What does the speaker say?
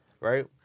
Right